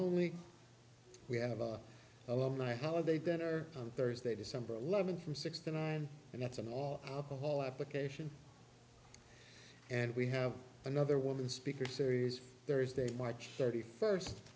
only we have our alumni holiday dinner on thursday december eleventh from six to nine and that's a whole application and we have another woman speaker series thursday march thirty first